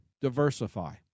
Diversify